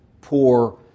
poor